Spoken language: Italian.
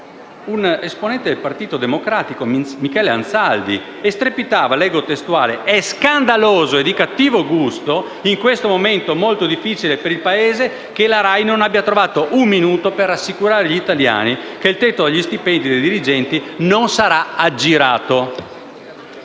un esponente del Partito Democratico, Michele Anzaldi, che strepitava dicendo che è scandaloso e di cattivo gusto, in questo momento molto difficile per il Paese, che la RAI non abbia trovato un minuto per rassicurare gli italiani che il tetto agli stipendi dei dirigenti non sarà aggirato.